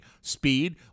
speed